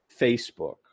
facebook